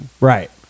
Right